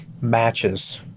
matches